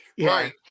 right